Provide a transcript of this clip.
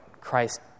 Christ